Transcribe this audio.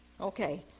Okay